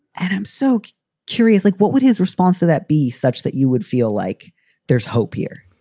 and i'm so curious, like, what would his response to that be such that you would feel like there's hope here?